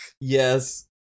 Yes